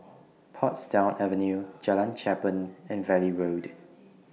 Portsdown Avenue Jalan Cherpen and Valley Road